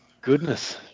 Goodness